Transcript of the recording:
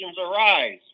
arise